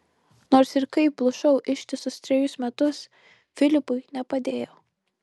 nors ir kaip plušau ištisus trejus metus filipui nepadėjau